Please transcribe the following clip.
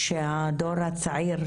שהדור הצעיר,